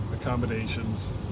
accommodations